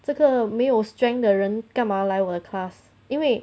这个没有 strength 的人干嘛来我的 class 因为